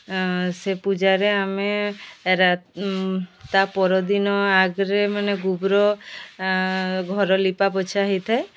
ସେ ପୂଜାରେ ଆମେ ତା' ପରଦିନ ଆଗରେ ମାନେ ଗୋବର ଘର ଲିପା ପୋଛା ହୋଇଥାଏ